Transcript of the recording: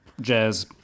Jazz